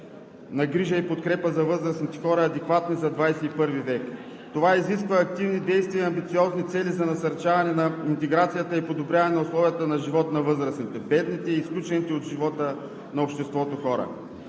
на грижа и подкрепа за възрастните хора, адекватни за XXI век. Това изисква активни действия и амбициозни цели за насърчаване на интеграцията и подобряване условията на живот на възрастните, бедните и изключените от живота на обществото хора.